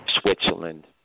Switzerland